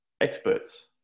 experts